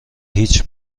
هیچ